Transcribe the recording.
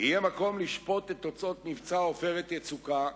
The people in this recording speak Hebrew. יהיה מקום לשפוט את תוצאות מבצע "עופרת יצוקה"